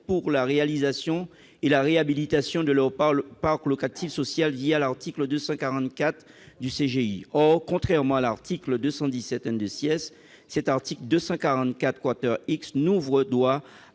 pour la réalisation et la réhabilitation de leur parc locatif social, l'article 244 X du CGI. Or, contrairement à l'article 217 , l'article 244 X n'ouvre droit